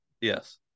Yes